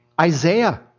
Isaiah